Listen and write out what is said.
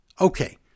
Okay